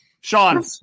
Sean